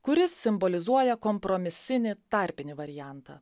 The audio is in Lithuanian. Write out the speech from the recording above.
kuris simbolizuoja kompromisinį tarpinį variantą